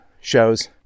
shows